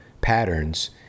patterns